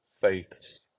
faiths